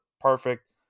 perfect